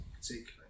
particularly